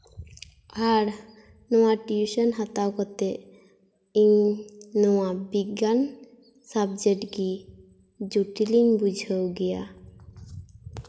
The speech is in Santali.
ᱟᱨ ᱱᱚᱣᱟ ᱴᱤᱭᱩᱥᱚᱱ ᱦᱟᱛᱟᱣ ᱠᱟᱛᱮ ᱤᱧ ᱱᱚᱣᱟ ᱵᱤᱜᱽᱜᱟᱱ ᱥᱟᱵᱡᱮᱠᱴ ᱜᱮ ᱡᱚᱴᱤᱞᱤᱧ ᱵᱩᱡᱷᱟᱹᱣ ᱜᱮᱭᱟ